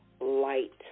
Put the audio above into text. light